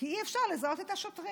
כי אי-אפשר לזהות את השוטרים.